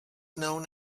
known